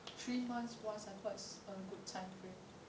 three months once I thought it's a good time frame